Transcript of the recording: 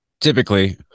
typically